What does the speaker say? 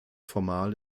formal